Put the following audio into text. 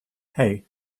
hey